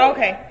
Okay